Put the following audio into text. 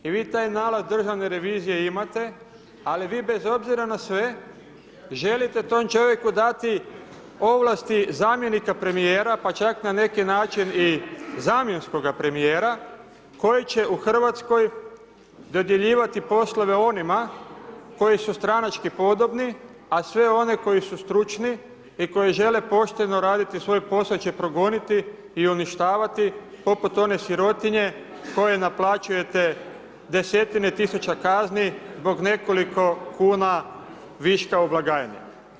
I vi taj nalaz Državne revizije imate, ali vi bez obzira na sve želite tom čovjeku dati ovlasti zamjenika premijera pa čak i na neki način zamjenskog premijera, koji će u Hrvatskoj dodjeljivati poslove onima koji su stranački podobni, a sve one koji su stručni i koji žele pošteno raditi svoj posao će progoniti i uništavati poput one sirotinje koje naplaćujete 10-tine tisuća kazni zbog nekoliko kuna viška u blagajni.